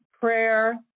prayer